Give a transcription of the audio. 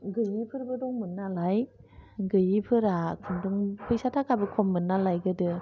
गैयैफोरबो दंमोन नालाय गैयैफोरा एकदम फैसा थाखाबो खममोन नालाय गोदो